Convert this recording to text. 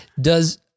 Does-